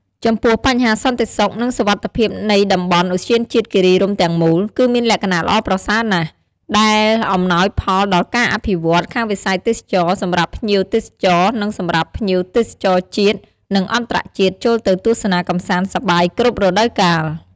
ចំពោះបញ្ហាសន្តិសុខ និងសុវត្ថិភាពនៃតំបន់ឧទ្យានជាតិគិរីរម្យទាំងមូល គឺមានលក្ខណៈល្អប្រសើរណាស់ ដែលអំណោយផលដល់ការអភិវឌ្ឍន៍ ខាងវិស័យទេសចរណ៍សម្រាប់ភ្ញៀវទេសចរណ៍និងសម្រាប់ភ្ញៀវទេសចរណ៍ជាតិ និងអន្តរជាតិ ចូលទៅទស្សនាកម្សាន្តសប្បាយគ្រប់រដូវកាល។